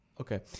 Okay